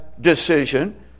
decision